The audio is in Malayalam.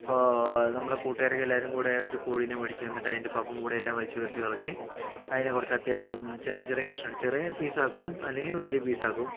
അപ്പോൾ നമ്മുടെ കൂട്ടുകാരൊക്കെ എല്ലാവരും കൂടെ ഒരു കോഴിനെ മേടിക്കും എന്നിട്ട് അതിൻ്റെ പപ്പും പൂടയെല്ലാം വലിച്ച് പറിച്ച് കളഞ്ഞ് അതിന് കുറച്ച് അത്യാവശ്യം ചെറിയ ചെറിയ കഷ ചെറിയ പീസാക്കും അല്ലെങ്കിൽ വലിയ പീസാക്കും